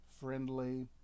friendly